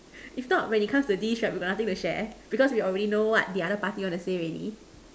if not when it comes to this right we got nothing to share because we already know what the other party wants to say already